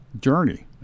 journey